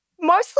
mostly